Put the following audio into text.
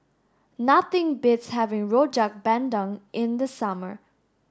nothing beats having Rojak Bandung in the summer